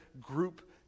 group